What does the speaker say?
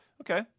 okay